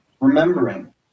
remembering